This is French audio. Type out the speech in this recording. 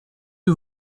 que